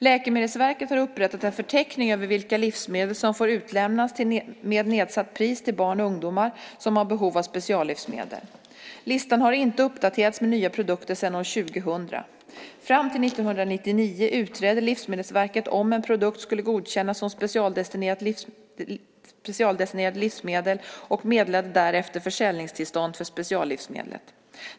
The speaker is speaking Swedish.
Läkemedelsverket har upprättat en förteckning över vilka livsmedel som får utlämnas med nedsatt pris till barn och ungdomar som har behov av speciallivsmedel. Listan har inte uppdaterats med nya produkter sedan år 2000. Fram till 1999 utredde Livsmedelsverket om en produkt skulle godkännas som specialdestinerat livsmedel och meddelade därefter försäljningstillstånd för speciallivsmedlet.